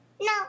No